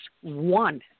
one